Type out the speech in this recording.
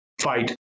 fight